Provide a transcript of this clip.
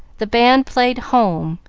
the band played home,